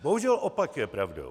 Bohužel opak je pravdou.